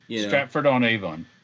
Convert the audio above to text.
Stratford-on-Avon